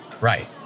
Right